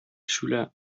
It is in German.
schüler